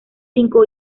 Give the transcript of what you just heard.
cinco